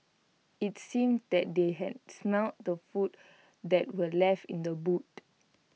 IT seemed that they had smelt the food that were left in the boot